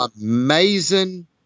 amazing